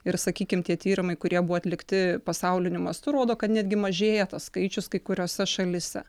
ir sakykim tie tyrimai kurie buvo atlikti pasauliniu mastu rodo kad netgi mažėja tas skaičius kai kuriose šalyse